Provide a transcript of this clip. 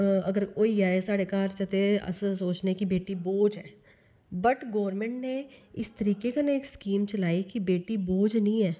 अगर होई जाए साढ़े घर च ते अस सोचने कि बेटी बोझ ऐ बट गौरमेंट ने इस तरीके कन्नै इक स्कीम चलाई कि बेटी बोझ निं ऐ